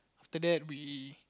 after that we